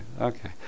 Okay